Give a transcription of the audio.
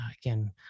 again